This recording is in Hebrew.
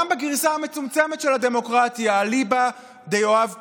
גם בגרסה המצומצמת של הדמוקרטיה, אליבא דיואב קיש,